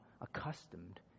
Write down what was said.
accustomed